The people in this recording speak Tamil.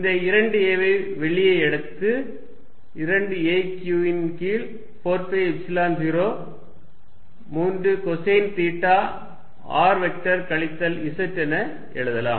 இந்த 2 a வை வெளியே எடுத்து 2 a q ன் கீழ் 4 pi epsilon 0 3 cosine theta r vector கழித்தல் z என எழுதலாம்